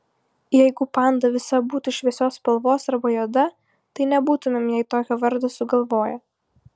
jeigu panda visa būtų šviesios spalvos arba juoda tai nebūtumėm jai tokio vardo sugalvoję